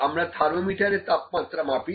আমরা থার্মোমিটারে তাপমাত্রা মাপি